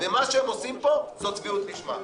מה שהם עושים פה זאת צביעות לשמה.